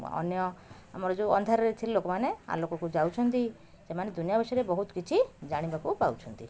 ଅନ୍ୟ ଆମର ଯେଉଁ ଅନ୍ଧାରରେ ଥିଲେ ଲୋକମାନେ ଆଲୋକକୁ ଯାଉଛନ୍ତି ସେମାନେ ଦୁନିଆ ବିଷୟରେ ବହୁତ କିଛି ଜାଣିବାକୁ ପାଉଛନ୍ତି